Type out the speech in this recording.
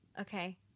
Okay